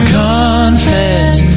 confess